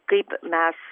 kaip mes